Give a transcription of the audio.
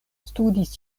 studis